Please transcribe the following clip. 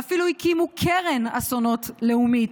ואפילו הקימו קרן אסונות לאומית,